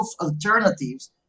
alternatives